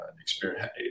experience